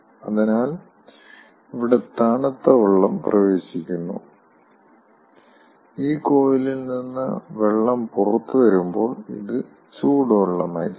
അതിനാൽ ഇവിടെ തണുത്ത വെള്ളം പ്രവേശിക്കുന്നു ഈ കോയിലിൽ നിന്ന് വെള്ളം പുറത്തുവരുമ്പോൾ ഇത് ചൂടുവെള്ളമായിരിക്കും